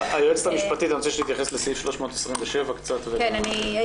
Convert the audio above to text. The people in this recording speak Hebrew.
היועצת המשפטית, אני רוצה שתתייחסי לסעיף 327 קצת.